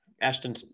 Ashton